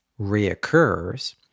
reoccurs